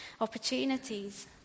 opportunities